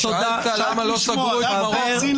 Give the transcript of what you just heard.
זאת הייתה הסתכלות על המדינות שבהן יש לנו ריצופים